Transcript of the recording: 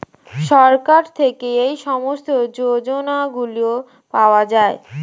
সরকার থেকে এই সমস্ত যোজনাগুলো পাওয়া যায়